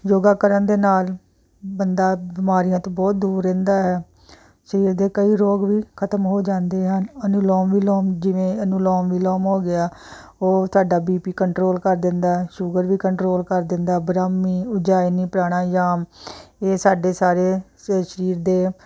ਯੋਗਾ ਕਰਨ ਦੇ ਨਾਲ ਬੰਦਾ ਬਿਮਾਰੀਆਂ ਤੋਂ ਬਹੁਤ ਦੂਰ ਰਹਿੰਦਾ ਹੈ ਸਰੀਰ ਦੇ ਕਈ ਰੋਗ ਵੀ ਖਤਮ ਹੋ ਜਾਂਦੇ ਹਨ ਅਨਲੋਮ ਵੀਲੋਮ ਜਿਵੇਂ ਅਨਲੋਮ ਵੀਲੋਮ ਹੋ ਗਿਆ ਉਹ ਤੁਹਾਡਾ ਬੀਪੀ ਕੰਟਰੋਲ ਕਰ ਦਿੰਦਾ ਸ਼ੂਗਰ ਵੀ ਕੰਟਰੋਲ ਕਰ ਦਿੰਦਾ ਬਰੰਮੀ ਉਜੈਨੀ ਪ੍ਰਾਣਾਯਾਮ ਇਹ ਸਾਡੇ ਸਾਰੇ ਸਰੀਰ ਦੇ